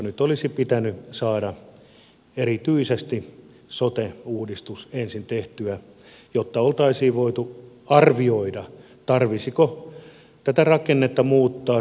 nyt olisi pitänyt saada erityisesti sote uudistus ensin tehtyä jotta oltaisiin voitu arvioida tarvitsisiko tätä rakennetta muuttaa